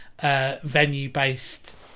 venue-based